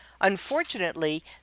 Unfortunately